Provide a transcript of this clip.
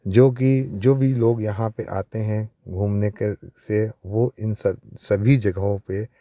जो कि जो भी लोग यहाँ पर आते हैं घूमने के से वह इन सभी जगहों पर